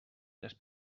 les